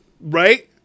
Right